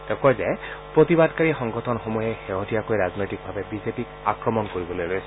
তেওঁ কয় যে প্ৰতিবাদকাৰী সংগঠনসমূহে শেহতীয়াকৈ ৰাজনৈতিকভাৱে বিজেপিক আক্ৰমণ কৰিবলৈ লৈছে